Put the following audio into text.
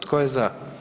Tko je za?